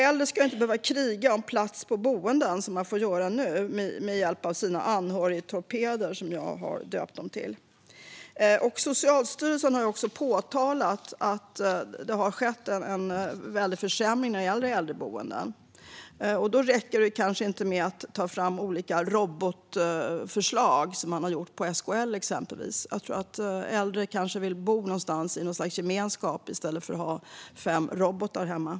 Äldre ska inte behöva kriga om plats på ett boende som man får göra nu med hjälp av sina anhörigtorpeder, som jag har döpt dem till. Socialstyrelsen har också påtalat att det har skett en väldig försämring när det gäller äldreboenden. Då räcker det kanske inte med att ta fram olika robotförslag som exempelvis SKL har gjort. Jag tror kanske att äldre vill bo i något slags gemenskap i stället för att ha fem robotar hemma.